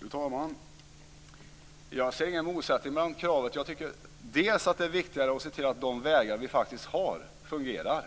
Fru talman! Jag ser ingen motsats mellan kraven. Jag tycker att det är viktigare att se till att de vägar vi har fungerar,